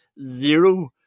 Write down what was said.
Zero